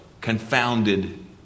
confounded